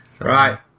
Right